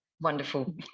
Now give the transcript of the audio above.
Wonderful